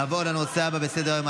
נעבור לנושא הבא בסדר-היום,